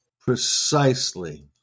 Precisely